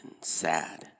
sad